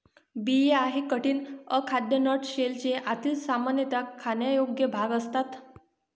बिया हे कठीण, अखाद्य नट शेलचे आतील, सामान्यतः खाण्यायोग्य भाग असतात